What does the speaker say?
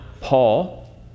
Paul